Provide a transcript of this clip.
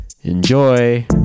enjoy